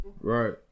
Right